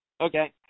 Okay